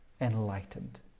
enlightened